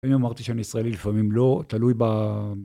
אני אמרתי שאני ישראלי לפעמים לא, תלוי ב...